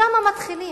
משם מתחילים,